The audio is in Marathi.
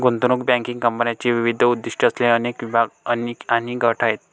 गुंतवणूक बँकिंग कंपन्यांचे विविध उद्दीष्टे असलेले अनेक विभाग आणि गट आहेत